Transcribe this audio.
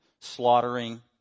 slaughtering